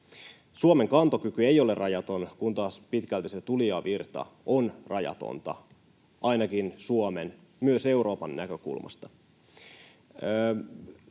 Suomen kantokyky ei ole rajaton, kun taas pitkälti se tulijavirta on rajatonta ainakin Suomen, myös Euroopan näkökulmasta.